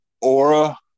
aura